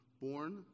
born